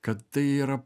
kad tai yra